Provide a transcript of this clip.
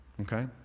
Okay